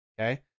okay